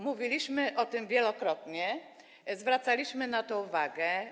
Mówiliśmy o tym wielokrotnie, zwracaliśmy na to uwagę.